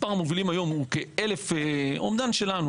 מספר המובילים היום הוא באומדן שלנו,